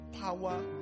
power